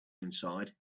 inside